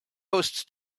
hosts